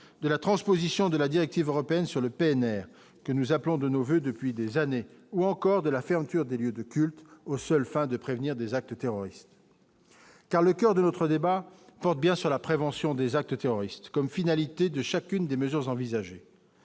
de la transposition de la directive européenne sur le PNR que nous appelons de nos voeux depuis des années, ou encore de la fermeture des lieux de culte aux seules fins de prévenir des actes terroristes, car le coeur de notre débat porte bien sur la prévention des actes terroristes comme finalité de chacune des mesures envisagées.